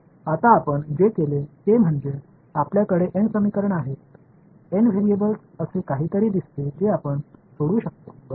आता आपण जे केले ते म्हणजे आपल्याकडे एन समीकरण आहेत एन व्हेरिएबल्स असे काहीतरी दिसते जे आपण सोडवू शकतो बरोबर